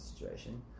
situation